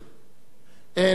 אן, המשפחה,